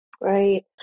Right